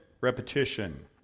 repetition